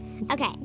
Okay